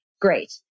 Great